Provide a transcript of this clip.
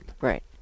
Right